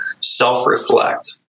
self-reflect